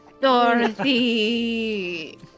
Dorothy